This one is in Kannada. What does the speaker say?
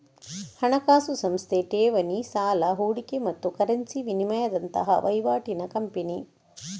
ಹಣಕಾಸು ಸಂಸ್ಥೆ ಠೇವಣಿ, ಸಾಲ, ಹೂಡಿಕೆ ಮತ್ತು ಕರೆನ್ಸಿ ವಿನಿಮಯದಂತಹ ವೈವಾಟಿನ ಕಂಪನಿ